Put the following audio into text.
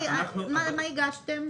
מה הגשתם?